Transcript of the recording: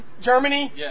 Germany